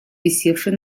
висевший